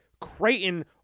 Creighton